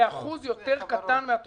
זה אחוז יותר קטן מן התרומות,